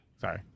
Sorry